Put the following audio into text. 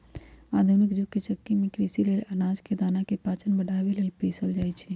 आधुनिक जुग के चक्की में कृषि लेल अनाज के दना के पाचन बढ़ाबे लेल पिसल जाई छै